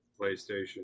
PlayStation